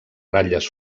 ratlles